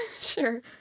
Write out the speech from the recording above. sure